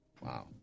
Wow